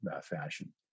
fashion